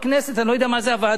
אני לא יודע מה זה הוועדה הזאת,